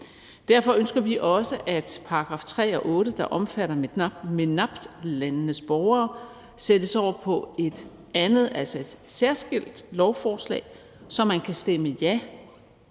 Derfor ønsker vi også, at §§ 3 og 8, der omfatter MENAPT-landenes borgere, sættes over på et andet, altså et særskilt lovforslag, så man kan stemme ja